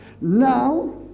Now